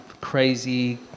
crazy